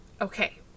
Okay